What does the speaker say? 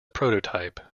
prototype